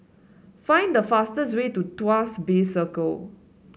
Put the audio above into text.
find the fastest way to Tuas Bay Circle